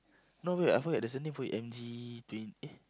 no wait I forget there's a name for it M_G twen~ eh